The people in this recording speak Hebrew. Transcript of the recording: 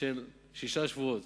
של שישה שבועות,